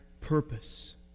purpose